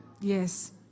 Yes